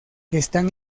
están